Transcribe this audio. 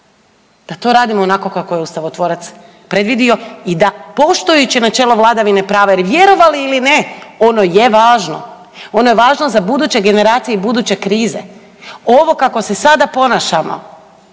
da to radimo onako kako je ustavotvorac predvidio i da poštujući načelo vladavine prava jer vjerovali ili ne ono je važno, ono je važno za buduće generacije i buduće krize. Ovo kako se sada ponašamo